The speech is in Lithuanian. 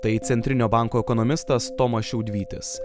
tai centrinio banko ekonomistas tomas šiaudvytis